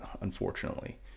Unfortunately